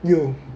you